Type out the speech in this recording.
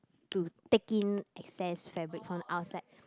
to take in excess fabric from outside